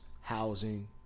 housing